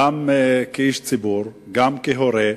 גם כאיש ציבור, גם כהורה,